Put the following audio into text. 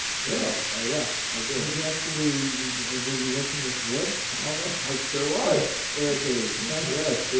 so oh, yeah. i did. did you actually were you working with wood all day? i sure was, anthony. yes. it